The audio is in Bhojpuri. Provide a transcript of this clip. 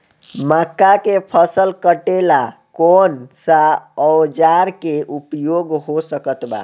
मक्का के फसल कटेला कौन सा औजार के उपयोग हो सकत बा?